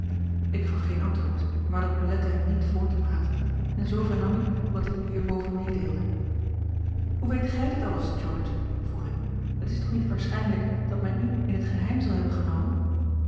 ik gaf geen antwoord maar dat belette hem niet voort te praten en zoo vernam ik wat ik u hierboven meedeelde hoe weet gij dit alles george vroeg ik het is toch niet waarschijnlijk dat men u in het geheim zal hebben genomen